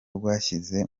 rwashyize